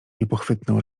niepochwytną